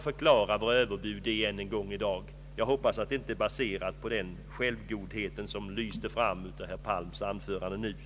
Förklara, än en gång, vad överbud är! Jag hoppas att definitionen inte är baserad på den självgodhet som lyste fram genom herr Palms anförande nyss.